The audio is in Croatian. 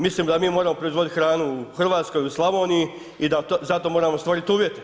Mislim da mi moramo proizvodit hranu u Hrvatskoj u Slavoniji i da za to moramo stvoriti uvjete.